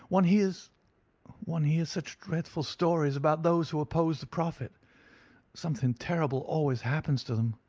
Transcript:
one hears one hears such dreadful stories about those who oppose the prophet something terrible always happens to them.